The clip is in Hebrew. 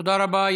תודה רבה.